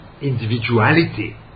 individuality